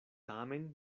tamen